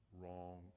wrong